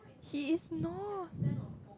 he is not